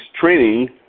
training